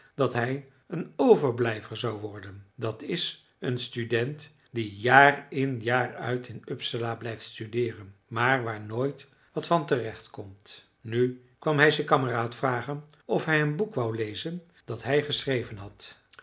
dat hij een overblijver zou worden dat is een student die jaar in jaar uit in uppsala blijft studeeren maar waar nooit wat van terecht komt nu kwam hij zijn kameraad vragen of hij een boek wou lezen dat hij geschreven had